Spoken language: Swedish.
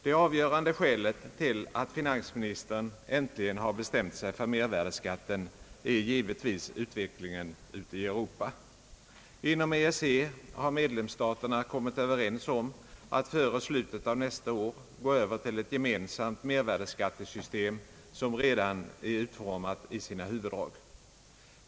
Det avgörande skälet till att finansministern äntligen har bestämt sig för mervärdeskatt är givetvis utvecklingen ute i Europa. Inom EEC har medlemsstaterna kommit överens om att före slutet av nästa år gå över till ett ge mensamt mervärdeskattesystem, som redan är utformat i sina huvuddrag.